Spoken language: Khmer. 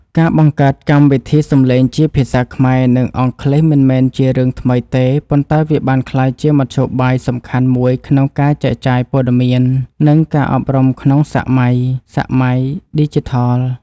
ការបង្កើតកម្មវិធីសំឡេងជាភាសាខ្មែរ និងអង់គ្លេសមិនមែនជារឿងថ្មីទេ ប៉ុន្តែវាបានក្លាយជាមធ្យោបាយសំខាន់មួយក្នុងការចែកចាយព័ត៌មាន និងការអប់រំក្នុងសម័យឌីជីថល។